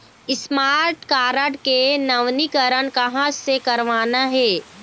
Smart card के नवीनीकरण कहां से करवाना हे?